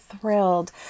thrilled